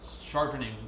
Sharpening